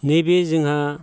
नैबे जोंहा